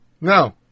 No